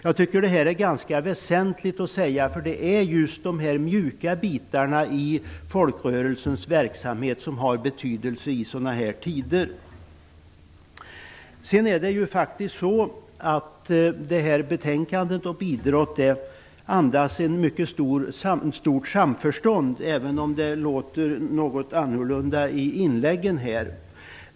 Jag tycker att det är ganska väsentligt att få detta sagt, för det är ju de mjuka delarna i folkrörelsens verksamhet som har betydelse i sådana här tider. Betänkandet om idrott andas ett mycket stort samförstånd, även om det låter något annorlunda i inläggen här.